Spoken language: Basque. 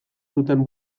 zuten